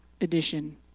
edition